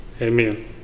Amen